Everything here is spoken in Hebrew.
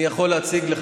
אני יכול להציג לך,